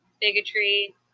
bigotry